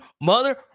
mother